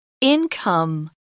Income